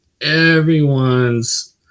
everyone's